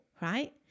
right